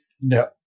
no